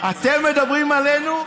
אתם מדברים עלינו?